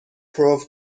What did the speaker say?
پرو